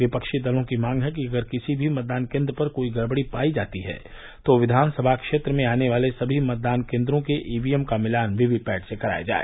विपक्षी दलों की मांग है कि अगर किसी भी मतदान केन्द्र पर कोई गड़बड़ी पाई जाती है तो विधानसभा क्षेत्र में आने वाले सभी मतदान केन्द्रों के ईवीएम का मिलान वीवीपैट से कराया जाए